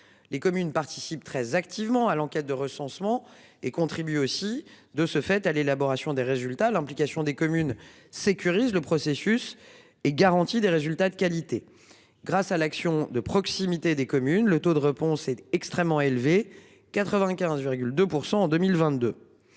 les communes participent très activement à l'enquête de recensement et contribue aussi, de ce fait à l'élaboration des résultats, l'implication des communes sécurise le processus et garantit des résultats de qualité. Grâce à l'action de proximité des communes, le taux de réponse est extrêmement élevé, 95,2% en 2022.